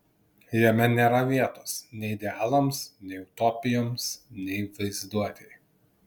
jame nėra vietos nei idealams nei utopijoms nei vaizduotei